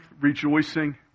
rejoicing